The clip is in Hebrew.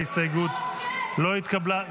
ההסתייגות לא התקבלה.